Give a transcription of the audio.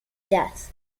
death